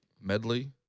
medley